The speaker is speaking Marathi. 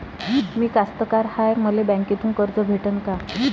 मी कास्तकार हाय, मले बँकेतून कर्ज भेटन का?